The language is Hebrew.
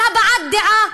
על הבעת דעה?